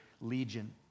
Legion